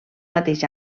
mateix